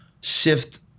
shift